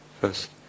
first